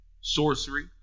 Sorcery